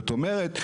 זאת אומרת,